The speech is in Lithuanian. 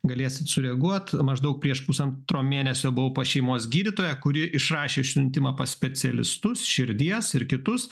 galėsit sureaguot maždaug prieš pusantro mėnesio buvau pas šeimos gydytoją kuri išrašė siuntimą pas specialistus širdies ir kitus